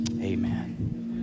Amen